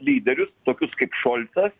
lyderius tokius kaip šolcas